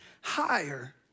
higher